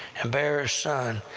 and bear a son,